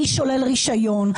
אני שולל רישיון.